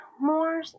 more